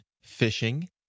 fishing